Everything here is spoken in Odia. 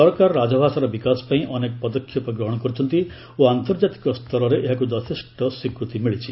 ସରକାର ରାଜଭାଷାର ବିକାଶ ପାଇଁ ଅନେକ ପଦକ୍ଷେପ ଗ୍ରହଣ କରିଛନ୍ତି ଓ ଆନ୍ତର୍ଜାତିକ ସ୍ତରରେ ଏହାକୁ ଯଥେଷ୍ଟ ସ୍ୱୀକୃତି ମିଳିଛି